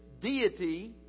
deity